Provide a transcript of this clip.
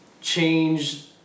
change